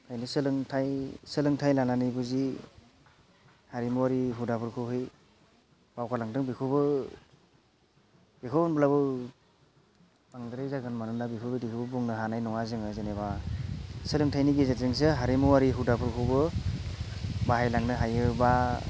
सोलोंथाय लानानैबो जि हारिमुआरि हुदाफोरखौहै बावगारलांदों बेखौबो बेखौ होनब्लाबो बांद्राय जागोन मानोना बेफोरबायदिखौबो बुंनो हानाय नङा जोङो जेनेबा सोलोंथायनि गेजेरजोंसो हारिमुआरि हुदाफोरखौबो बाहायलांनो हायो बा